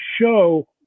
show